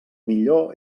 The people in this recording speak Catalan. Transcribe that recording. millor